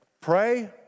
Pray